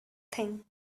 thing